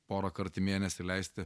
porąkart į mėnesį leisti